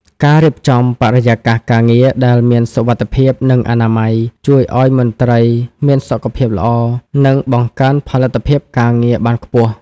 ការរៀបចំបរិយាកាសការងារដែលមានសុវត្ថិភាព និងអនាម័យ ជួយឱ្យមន្ត្រីមានសុខភាពល្អ និងបង្កើនផលិតភាពការងារបានខ្ពស់។